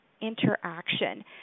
interaction